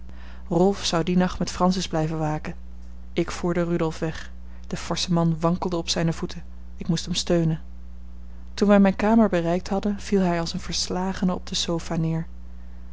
rolf zou dien nacht met francis blijven waken ik voerde rudolf weg de forsche man wankelde op zijne voeten ik moest hem steunen toen wij mijne kamer bereikt hadden viel hij als een verslagene op de sofa neer